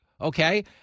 Okay